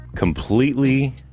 completely